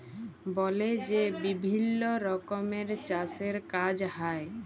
বলে যে বিভিল্ল্য রকমের চাষের কাজ হ্যয়